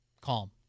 calm